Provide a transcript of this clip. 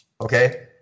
Okay